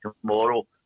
tomorrow